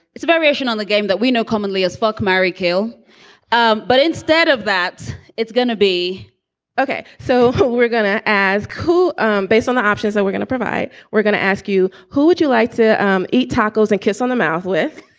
it's a variation on the game that we know commonly as fuck, marry, kill um but instead of that, it's gonna be okay so we're gonna as cool um based on the options we're gonna provide. we're gonna ask you who would you like to um eat tacos and kiss on the mouth with?